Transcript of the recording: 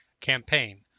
campaign